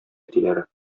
әтиләре